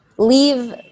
leave